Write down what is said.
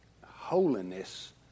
holiness